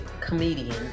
comedian